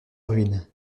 ruine